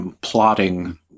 plotting